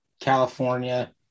california